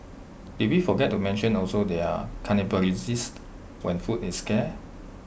did we forget to mention also they're cannibalistic when food is scarce